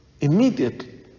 immediately